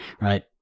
right